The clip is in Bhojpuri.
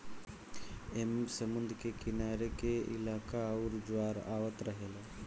ऐमे समुद्र के किनारे के इलाका आउर ज्वार आवत रहेला